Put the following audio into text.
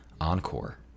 encore